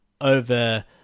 over